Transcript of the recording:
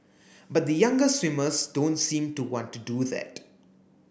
but the younger swimmers don't seem to want to do that